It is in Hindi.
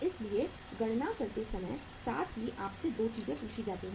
इसलिए गणना करते समय साथ ही आपसे 2 चीजें पूछी जाती हैं